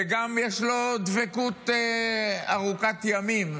וגם יש לו דבקות ארוכת ימים,